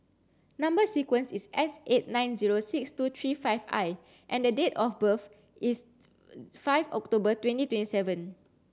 number sequence is S eight nine zero six two three five I and date of birth is five October twenty twenty seven